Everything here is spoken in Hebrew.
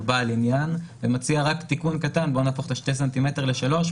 בעל עניין ומציע רק תיקון קטן בוא נהפוך 2 ס"מ ל-3,